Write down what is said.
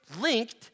linked